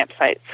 campsites